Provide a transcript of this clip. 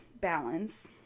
balance